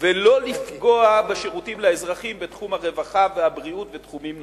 ולא לפגוע בשירותים לאזרחים בתחום הרווחה והבריאות ובתחומים נוספים.